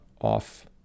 off